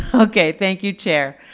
okay, thank you, chair.